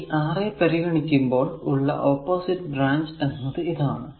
ഈ Ra പരിഗണിക്കുമ്പോൾ ഉള്ള ഓപ്പോസിറ്റ് ബ്രാഞ്ച് എന്നത് ഇതാണ്